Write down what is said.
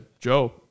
Joe